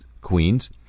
Queens